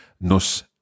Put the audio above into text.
nos